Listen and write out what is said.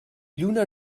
lluna